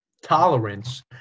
tolerance